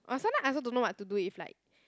!wah! sometimes I also don't know what to do if like